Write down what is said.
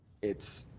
it's,